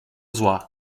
zła